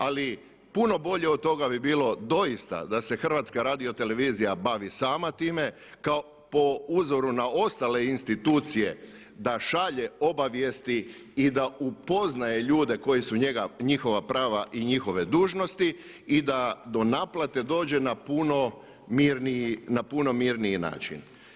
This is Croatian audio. Ali puno bolje od toga bi bilo doista da se HRT bavi sama time kao po uzoru na ostale institucije da šalje obavijesti i da upoznaje ljude koji su njihova prava i njihove dužnosti i da do naplate dođe na puno mirniji način.